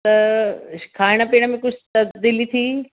त खाइण पीअण में कुझु तब्दीली थी